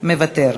מוותר,